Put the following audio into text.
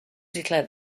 declared